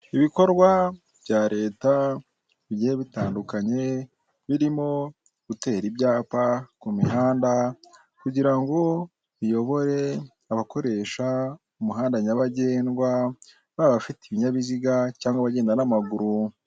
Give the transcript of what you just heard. Ibikorwa bya Leta bigiye bitandukanye birimo gutera ibyapa ku mihanda kugira ngo biyobore abakoresha umuhanda nyabagendwa baba abafite ibinyabiziga cyangwa abagenda n'amaguru.